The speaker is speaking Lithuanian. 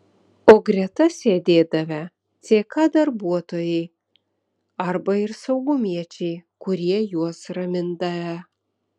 o greta sėdėdavę ck darbuotojai arba ir saugumiečiai kurie juos ramindavę